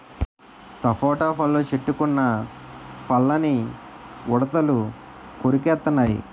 సపోటా పళ్ళు చెట్టుకున్న పళ్ళని ఉడతలు కొరికెత్తెన్నయి